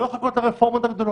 לא לחכות לרפורמות הגדולות.